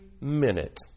minute